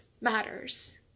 matters